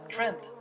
Trent